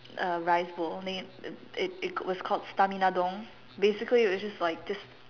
uh rice bowl named it it was called stamina Don basically it was just like just